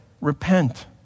repent